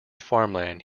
farmland